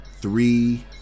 three